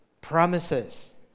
promises